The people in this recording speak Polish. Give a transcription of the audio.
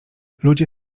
ludzie